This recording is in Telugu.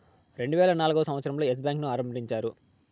రెండువేల నాల్గవ సంవచ్చరం లో ఎస్ బ్యాంకు ను ఆరంభించారు